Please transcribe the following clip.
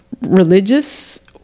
religious